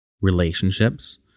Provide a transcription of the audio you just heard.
relationships